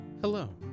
Hello